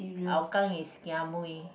Hougang is kia